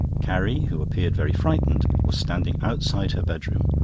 carrie, who appeared very frightened, was standing outside her bedroom,